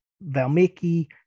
Valmiki